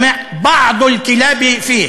חבר הכנסת אחמד טיבי.